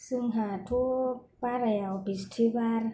जोंहाथ' बारायाव बिस्थिबार